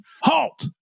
halt